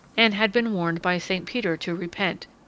and had been warned by st. peter to repent,